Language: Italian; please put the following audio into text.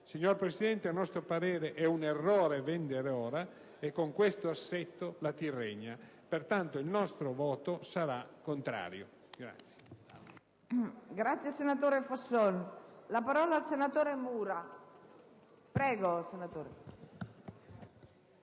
Signora Presidente, a nostro parere è un errore vendere ora e con questo assetto la Tirrenia. Pertanto, il voto del nostro Gruppo